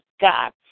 God